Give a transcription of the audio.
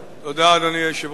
אדוני היושב-ראש,